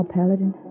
Paladin